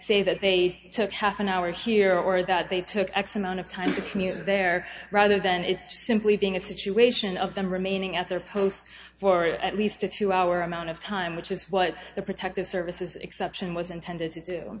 say that they took half an hour here or that they took x amount of time to commute there rather than it simply being a situation of them remaining at their posts for at least a two hour amount of time which is what the protective services exception was intended to do